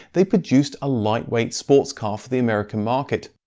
they produced a lightweight sports car for the american market.